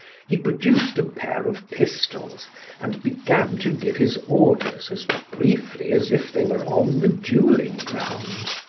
he produced a pair of pistols and began to give his orders as briefly as if they were on the dueling ground.